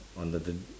on the the